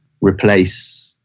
replace